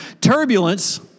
turbulence